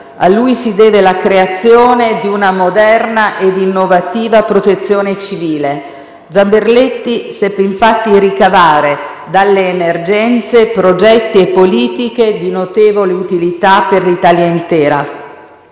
A lui si deve la creazione di una moderna e innovativa Protezione civile. Zamberletti seppe infatti ricavare dalle emergenze progetti e politiche di notevole utilità per l'Italia intera.